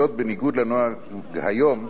זאת בניגוד לנוהג היום,